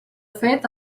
fet